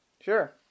Sure